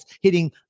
hitting